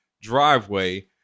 driveway